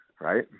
right